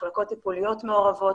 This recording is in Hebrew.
ממחלקות טיפוליות מעורבות